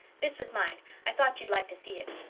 this was mine. i thought youd like to see it.